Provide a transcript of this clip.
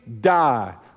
die